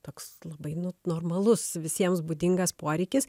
toks labai nu normalus visiems būdingas poreikis